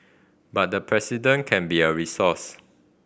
but the President can be a resource